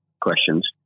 questions